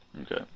Okay